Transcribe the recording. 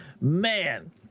man